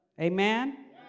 Amen